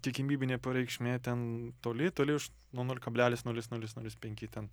tikimybinė p reikšmė ten toli toli už nuo nul kablelis nulis nulis nulis penki ten